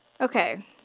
Okay